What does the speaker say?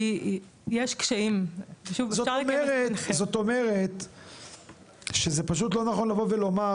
כי יש קשיים --- זאת אומרת שזה פשוט לא נכון לבוא ולומר,